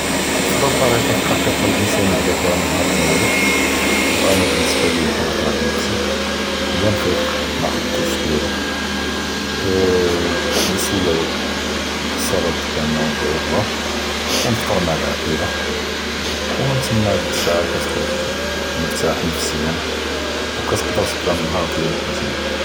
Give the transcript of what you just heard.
אפדל ת’ורקה פ אלח’קיקה אלאנסאן יבדא אלנהאר דיאלו, ואנא באלניסבה ליא כנתע’טיה לנפסי, היא נפיק נחת’ז אלדוש דיאלי, ו נוסליו אלסלאה דיאלנא ונדעיו אללה, ו נפטאר מע אלאעילה, ומין תמאק די אלשעה כתרח’ג מור’תאח נפסיא ו כתקדר תבדא נהאר דיאלק מזיאן.